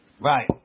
Right